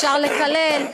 אפשר לקלל,